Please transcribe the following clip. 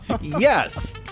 Yes